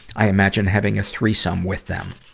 i imagine having a threesome with them.